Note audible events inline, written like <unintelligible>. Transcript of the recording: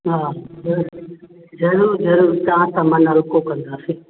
हा <unintelligible> ज़रूरु ज़रूरु तव्हां तमना रखो कंदासीं